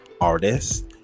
artist